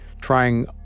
trying